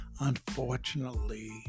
unfortunately